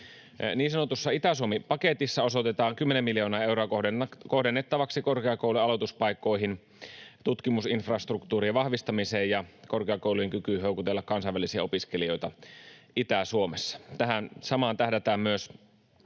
Niin sanotussa Itä-Suomi-paketissa osoitetaan 10 miljoonaa euroa kohdennettavaksi korkeakoulujen aloituspaikkoihin, tutkimusinfrastruktuurien vahvistamiseen ja korkeakoulujen kykyyn houkutella kansainvälisiä opiskelijoita Itä-Suomeen. Osaajapulaan vastaamiseen tähdätään myös